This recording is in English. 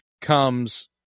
comes